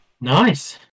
Nice